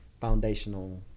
foundational